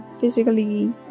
physically